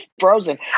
frozen